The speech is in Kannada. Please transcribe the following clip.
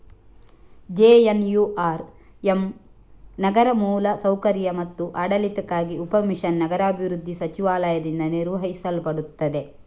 ಜೆ.ಎನ್.ಯು.ಆರ್.ಎಮ್ ನಗರ ಮೂಲ ಸೌಕರ್ಯ ಮತ್ತು ಆಡಳಿತಕ್ಕಾಗಿ ಉಪ ಮಿಷನ್ ನಗರಾಭಿವೃದ್ಧಿ ಸಚಿವಾಲಯದಿಂದ ನಿರ್ವಹಿಸಲ್ಪಡುತ್ತದೆ